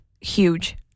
huge